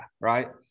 right